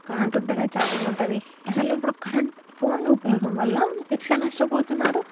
current ఉంటే charging ఉంటుంది అసలు ఇప్పుడు కరెంట్ ఉంటే ఫోన్లు ఉపయోగం వల్ల ఎట్ల నష్టపోతున్నారు